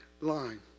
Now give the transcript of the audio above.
line